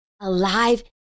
alive